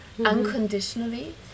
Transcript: unconditionally